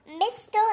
Mr